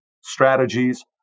strategies